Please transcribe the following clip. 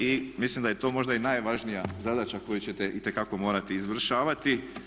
I mislim da je to možda i najvažnija zadaća koju ćete itekako morati izvršavati.